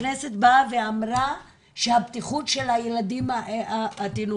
הכנסת באה ואמרה שהבטיחות של התינוקות,